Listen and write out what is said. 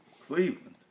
Cleveland